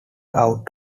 out